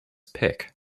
pick